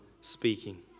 speaking